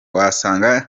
wasanze